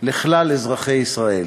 לכלל אזרחי ישראל.